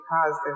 positive